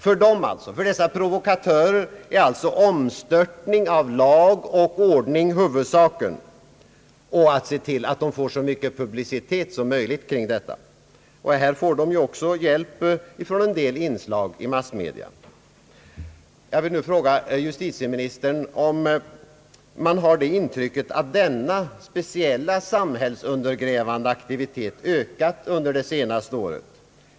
För dessa provokatörer är alltså omstörtning av lag och ordning huvudsaken och vidare att se till att de får så mycket publicitet som möjligt kring detta. Här får de ju också hjälp ifrån en del inslag i massmedia. Jag vill fråga justitieministern om han har det intrycket att denna speciella samhällsundergrävande aktivitet har ökat under det senare året.